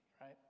right